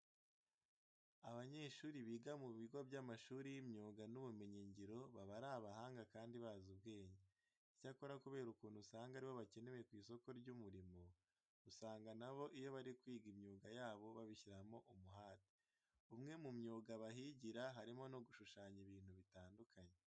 Abanyeshuri biga mu bigo by'amashuri y'imyuga n'ubumenyingiro baba ari abahanga kandi bazi ubwenge. Icyakora kubera ukuntu usanga ari bo bakenewe ku isoko ry'umurimo usanga na bo iyo bari kwiga imyuga yabo babishyiramo umuhate. Umwe mu myuga bahigira harimo no gushushanya ibintu bitandukanye.